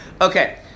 Okay